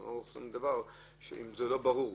אנחנו לא עושים דבר אם הוא לא ברור,